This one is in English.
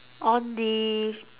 on the